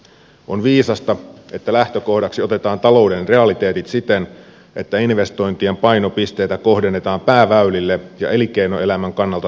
on viisasta että lähtökohdaksi otetaan talouden realiteetit siten että investointien painopisteitä kohdennetaan pääväylille ja elinkeinoelämän kannalta tärkeisiin solmukohtiin